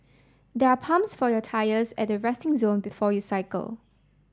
there are pumps for your tyres at the resting zone before you cycle